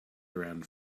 around